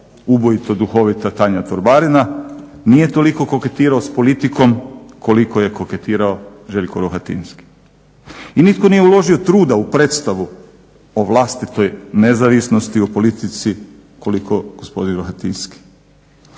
ubojito duhovita Tanja Torbarina nije toliko koketirao s politikom koliko je koketirao Željko Rohatinski. I nitko nije uložio truda u predstavu o vlastitoj nezavisnosti o politici koliko gospodin Rohatinski.